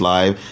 Live